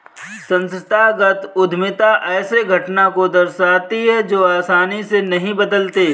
संस्थागत उद्यमिता ऐसे घटना को दर्शाती है जो आसानी से नहीं बदलते